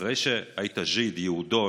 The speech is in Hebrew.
ואחרי שהיית "ז'יד", יהודון,